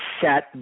set